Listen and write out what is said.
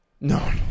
No